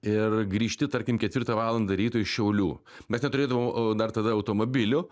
ir grįžti tarkim ketvirtą valandą ryto iš šiaulių mes neturėdavom dar tada automobilių